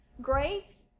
Grace